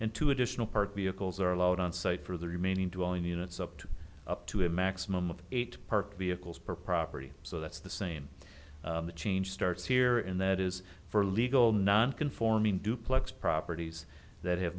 and two additional part vehicles are allowed on site for the remaining two and the units up to up to a maximum of eight park vehicles per property so that's the same change starts here in that is for legal non conforming duplex properties that have